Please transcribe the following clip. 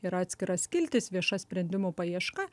yra atskira skiltis vieša sprendimų paieška